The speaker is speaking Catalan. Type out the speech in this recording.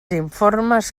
informes